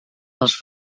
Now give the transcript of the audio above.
els